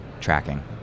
tracking